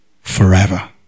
forever